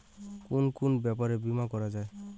কুন কুন ব্যাপারে বীমা করা যায়?